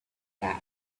that